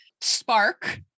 spark